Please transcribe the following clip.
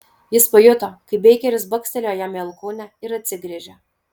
jis pajuto kaip beikeris bakstelėjo jam į alkūnę ir atsigręžė